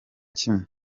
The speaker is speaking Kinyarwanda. kimwe